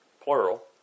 plural